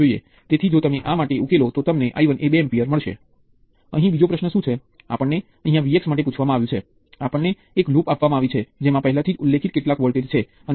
એક તત્વ માટે આપણે જોયું કે આપણે કાંતો તેને ઓહ્મ ના કાયદા જેવા બીજગણિતરૂપે ઉલ્લેખિત કરી શકીએ